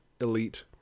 Elite